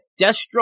Deathstroke